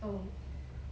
oh